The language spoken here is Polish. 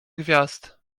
gwiazd